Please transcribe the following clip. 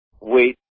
wait